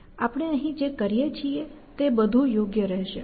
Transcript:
આપણે અહીં જે કરીએ છીએ તે બધું યોગ્ય રહેશે